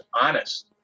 honest